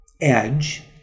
edge